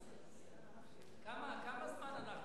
כמה זמן אנחנו